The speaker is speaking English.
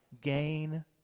gain